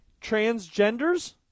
Transgenders